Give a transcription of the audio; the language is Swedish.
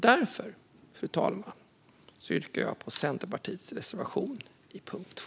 Därför, fru talman, yrkar jag bifall till Centerpartiets reservation under punkt 2.